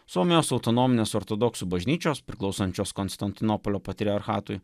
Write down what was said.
suomijos autonominės ortodoksų bažnyčios priklausančios konstantinopolio patriarchatui